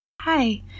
Hi